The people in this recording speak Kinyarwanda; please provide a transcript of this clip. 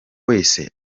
wese